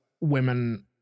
women